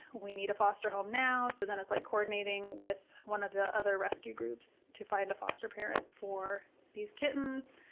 we need a foster home now, so then it's like coordinating with one of the other rescue groups to find a foster parent for these kittens,